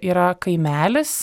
yra kaimelis